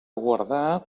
guardar